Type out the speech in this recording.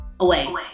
away